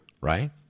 right